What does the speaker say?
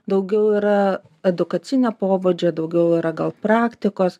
daugiau yra edukacinio pobūdžio daugiau yra gal praktikos